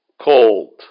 cold